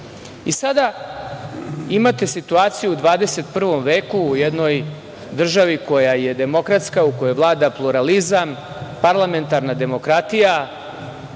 imate situaciju u 21. veku u jednoj državi koja je demokratska, u kojoj vlada pluralizam, parlamentarna demokratija,